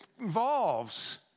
involves